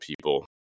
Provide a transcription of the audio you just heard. people